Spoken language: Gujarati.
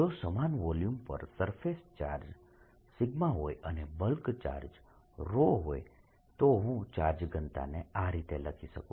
જો સમાન વોલ્યુમ પર સરફેસ ચાર્જ હોય અને બલ્ક ચાર્જ હોય તો હું ચાર્જ ઘનતાને આ રીતે લખી શકું